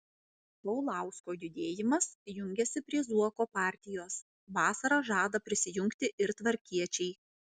paulausko judėjimas jungiasi prie zuoko partijos vasarą žada prisijungti ir tvarkiečiai